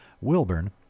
Wilburn